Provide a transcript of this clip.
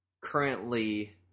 currently